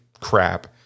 crap